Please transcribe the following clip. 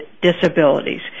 disabilities